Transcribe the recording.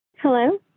Hello